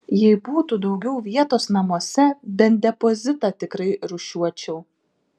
jei būtų daugiau vietos namuose bent depozitą tikrai rūšiuočiau